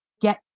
get